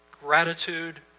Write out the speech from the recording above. gratitude